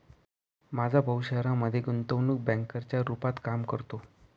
माझा भाऊ शहरामध्ये गुंतवणूक बँकर च्या रूपात काम करतो